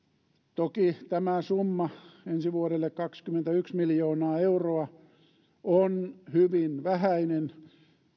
toki tämä summa ensi vuodelle kaksikymmentäyksi miljoonaa euroa on hyvin vähäinen